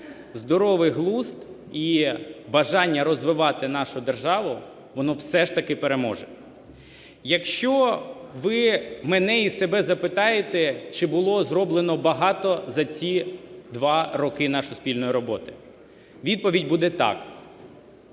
здоровий глузд і бажання розвивати нашу державу, воно все ж таки переможе. Якщо ви мене і себе запитаєте, чи було зроблено багато за ці два роки нашої спільної роботи? Відповідь буде – так.